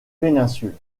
péninsule